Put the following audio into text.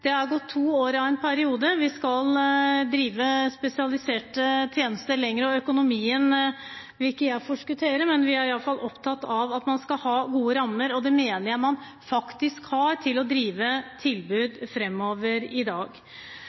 det har gått to år av en periode, vi skal drive spesialiserte tjenester lenger, og økonomien vil ikke jeg forskuttere. Men vi er iallfall opptatt av at man skal ha gode rammer, og det mener jeg man faktisk har, for å drive tilbud framover i dag.